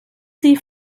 sie